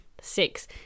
six